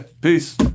Peace